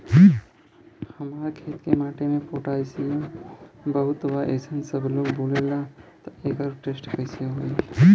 हमार खेत के माटी मे पोटासियम बहुत बा ऐसन सबलोग बोलेला त एकर टेस्ट कैसे होई?